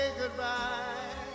goodbye